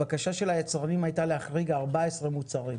הבקשה של היצרנים הייתה להחריג 14 מוצרים,